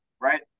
right